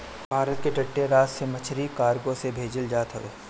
भारत के तटीय राज से मछरी कार्गो से भेजल जात हवे